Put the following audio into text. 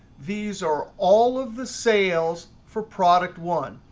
these are all of the sales for product one.